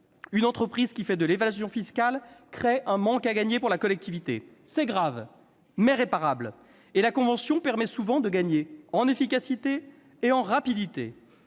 Une entreprise qui fait de l'évasion fiscale crée un manque à gagner pour la collectivité. C'est grave, mais réparable, et la convention permet souvent de gagner en efficacité et en rapidité.